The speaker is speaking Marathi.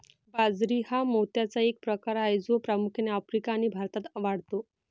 बाजरी हा मोत्याचा एक प्रकार आहे जो प्रामुख्याने आफ्रिका आणि भारतात वाढतो